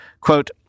Quote